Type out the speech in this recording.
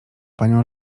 panią